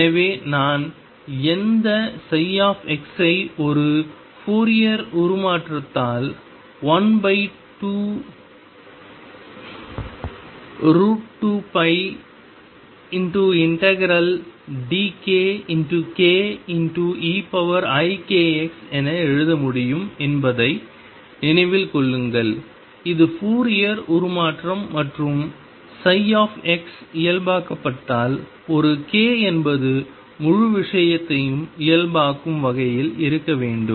எனவே நான் எந்த ψ ஐ ஒரு ஃபோரியர் உருமாற்றத்தில் 12π ∫dk k eikx என எழுத முடியும் என்பதை நினைவில் கொள்ளுங்கள் இது ஃபோரியர் உருமாற்றம் மற்றும் ψ இயல்பாக்கப்பட்டால் ஒரு k என்பது முழு விஷயத்தையும் இயல்பாக்கும் வகையில் இருக்க வேண்டும்